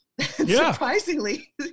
Surprisingly